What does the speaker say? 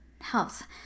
health